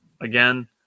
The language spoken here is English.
Again